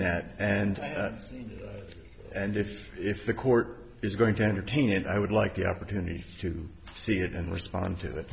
that and and if if the court is going to entertain it i would like the opportunity to see it and respond to it